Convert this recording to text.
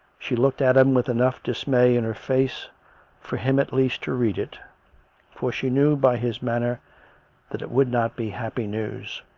she looked at him with enough dismay in her face for him at least to read it for she knew by his manner that it would not be happy news.